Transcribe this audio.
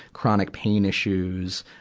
chronic pain issues,